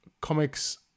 comics